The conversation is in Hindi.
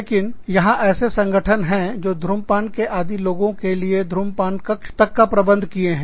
लेकिन यहां ऐसे संगठन हैं जो धूम्रपान के आदी लोगो के लिए धूम्रपान कक्ष तक का प्रबंध किए हैं